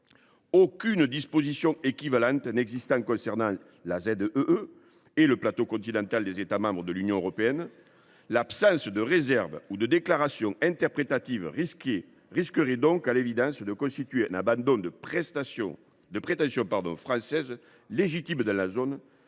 aucune disposition équivalente n’existe concernant la ZEE et le plateau continental des États membres de l’Union européenne, l’absence de toute réserve ou de déclaration interprétative risquerait, à l’évidence, de constituer un abandon de prétention française légitime dans la zone,